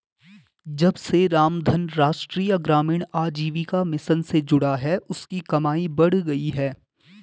जब से रामधन राष्ट्रीय ग्रामीण आजीविका मिशन से जुड़ा है उसकी कमाई बढ़ गयी है